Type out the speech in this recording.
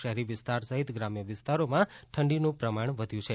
શહેરી વિસ્તાર સહિત ગ્રામ્ય વિસ્તારોમાં ઠંડીનુ પ્રમાણ વધ્યું છે